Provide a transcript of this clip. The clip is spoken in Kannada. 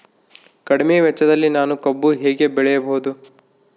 ಕಡಿಮೆ ವೆಚ್ಚದಲ್ಲಿ ನಾನು ಕಬ್ಬು ಹೇಗೆ ಬೆಳೆಯಬಹುದು?